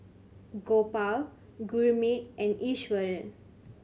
Gopal Gurmeet and Iswaran